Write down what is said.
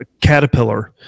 Caterpillar